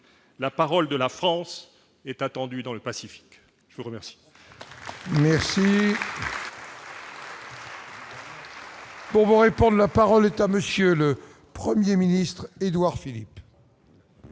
la parole de la France est attendu dans le Pacifique, je vous remercie.